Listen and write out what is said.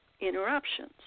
interruptions